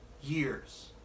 years